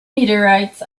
meteorites